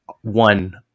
one